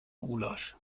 gulasch